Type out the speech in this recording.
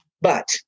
But-